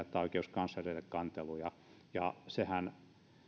että oikeuskanslerille kanteluja sehän ei